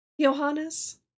Johannes